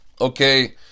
Okay